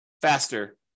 faster